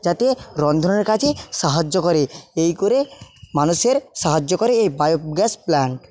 যাতে রন্ধনের কাজে সাহায্য করে এই করে মানুষের সাহায্য করে এ বায়োগ্যাস প্ল্যান্ট